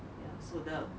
ya so the